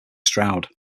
stroud